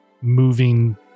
moving